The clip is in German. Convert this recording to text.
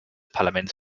parlaments